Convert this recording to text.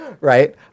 right